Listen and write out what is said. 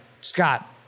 Scott